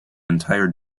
entire